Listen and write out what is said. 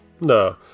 no